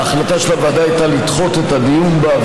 ההחלטה של הוועדה הייתה לדחות את הדיון בה,